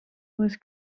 was